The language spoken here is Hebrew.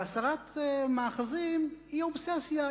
והסרת מאחזים היא אובססיה.